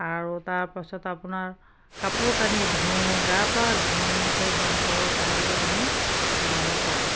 আৰু তাৰ পাছত আপোনাৰ কাপোৰ কানি ধোওঁ গা পা ধোওঁ সেই দমকলৰ পানীৰে আমি ব্যৱহাৰ কৰোঁ